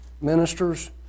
ministers